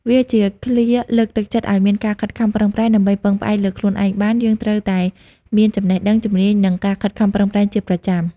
វាជាឃ្លាលើកទឹកចិត្តឲ្យមានការខិតខំប្រឹងប្រែង ដើម្បីពឹងផ្អែកលើខ្លួនឯងបាន យើងត្រូវតែមាន ចំណេះដឹង ជំនាញ និង ការខិតខំប្រឹងប្រែង ជាប្រចាំ។